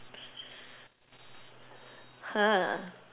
!huh!